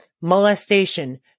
molestation